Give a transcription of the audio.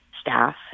staff